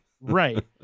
Right